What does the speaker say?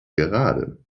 gerade